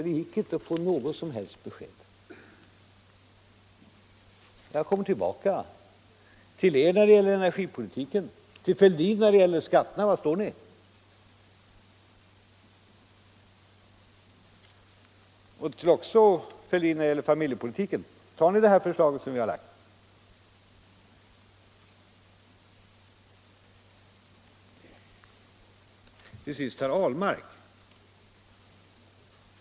Det gick inte att få något som helst besked. Jag kommer tillbaka till moderaterna när det gäller energipolitiken och till Fälldin när det gäller skatterna och familjepolitiken. Var står ni? Tar ni det förslag vi har lagt? Till sist några ord till herr Ahlmark.